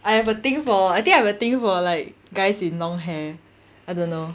I have a thing for I think I have a thing for like guys in long hair I don't know